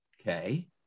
Okay